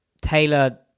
Taylor